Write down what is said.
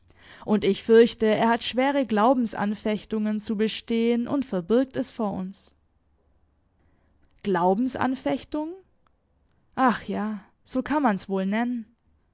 und ich fürchte er hat schwere glaubensanfechtungen zu bestehen und verbirgt es vor uns glaubensanfechtungen ach ja so kann man's wohl nennen